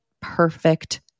perfect